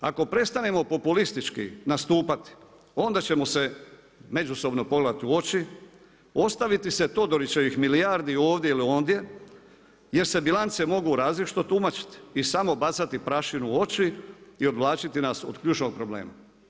Ako prestanemo populistički nastupati onda ćemo se međusobno pogledati u oči, ostaviti se Todorićevih milijardi ovdje ili ondje jer se bilance mogu različito tumačiti i samo bacati prašinu u oči i odvlačiti nas od ključnog problema.